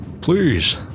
Please